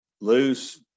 loose